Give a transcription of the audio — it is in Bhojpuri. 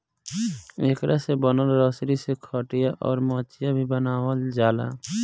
एकरा से बनल रसरी से खटिया, अउर मचिया भी बनावाल जाला